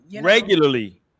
regularly